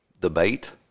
debate